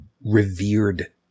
revered